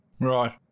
Right